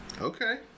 Okay